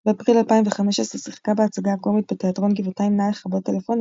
באפריל 2015 שיחקה בהצגת הקומית בתיאטרון גבעתיים "נא לכבות טלפונים",